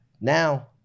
Now